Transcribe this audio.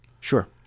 Sure